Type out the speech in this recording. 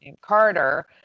Carter